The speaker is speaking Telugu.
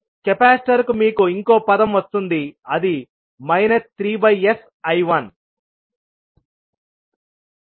కెపాసిటర్ కు మీకు ఇంకో పదం వస్తుంది అది 3sI1